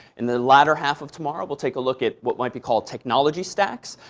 in the latter half of tomorrow, we'll take a look at what might be called technology stacks.